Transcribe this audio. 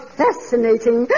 fascinating